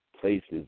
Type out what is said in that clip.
places